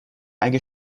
اگه